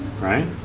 right